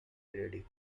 lady